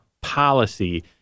policy